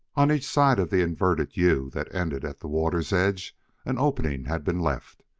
on each side of the inverted u that ended at the water's edge an opening had been left,